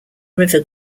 river